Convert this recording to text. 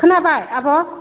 खोनाबाय आब'